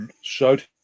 showed